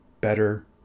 better